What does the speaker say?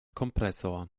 kompressor